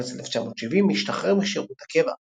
במרץ 1970 השתחרר משירות הקבע.